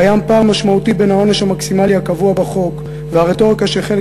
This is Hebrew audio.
קיים פער משמעותי בין העונש המקסימלי הקבוע בחוק והרטוריקה של חלק